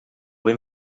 ben